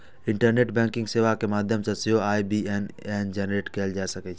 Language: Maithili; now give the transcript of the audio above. इंटरनेट बैंकिंग सेवा के माध्यम सं सेहो आई.बी.ए.एन जेनरेट कैल जा सकै छै